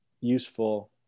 useful